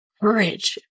Courage